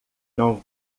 não